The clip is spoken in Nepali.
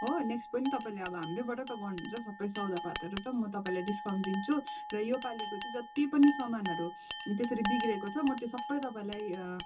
हो नेक्स्ट पनि तपाईँले अब हाम्रैबाट त गर्नुहुन्छ सबै सौदापातहरू त म तपाईँलाई डिस्काउन्ट दिन्छु र यो पालिको चाहिँ जत्ति पनि सामानहरू त्यसरी बिग्रेको छ म त्यो सबै तपाईँलाई